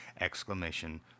exclamation